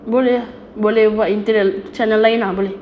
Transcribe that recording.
boleh ah boleh buat interior channel lain ah boleh